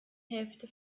hälfte